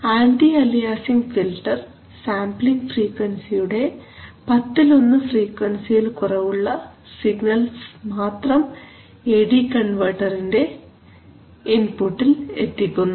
anti aliasing filter sampling ഫ്രീക്വൻസിയുടെ 110 ഫ്രീക്വൻസിയിൽ കുറവുള്ള സിഗ്നൽ മാത്രം എ ഡി കൺവെർട്ടറിന്റെ ഇൻപുട്ടിൽ എത്തിക്കുന്നു